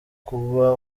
kuba